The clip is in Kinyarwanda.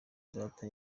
data